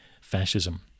fascism